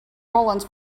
rollins